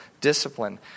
discipline